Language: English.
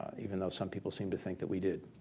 even though some people seem to think that we did.